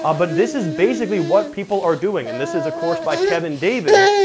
ah but this is basically what people are doing, and this is a course by kevin david,